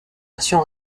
version